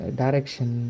direction